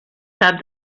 cap